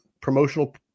promotional